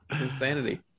insanity